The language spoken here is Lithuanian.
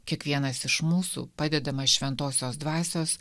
kiekvienas iš mūsų padedamas šventosios dvasios